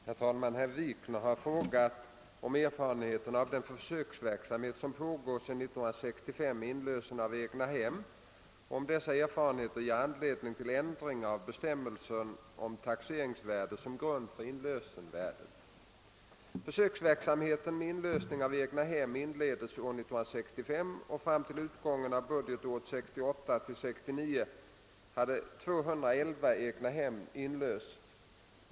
Herr talman! Herr Wikner har frågat om erfarenheterna av den försöksverksamhet som pågår sedan 1965 med inlösen av egnahem och om dessa erfarenheter ger anledning till ändring av bestämmelsen om taxeringsvärdet som grund för inlösningsvärdet. egnahem inleddes år 1965 och fram till utgången av budgetåret 1968/69 hade 211 egnahem inlösts.